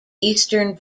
eastern